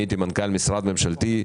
אני הייתי מנכ"ל משרד ממשלתי,